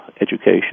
education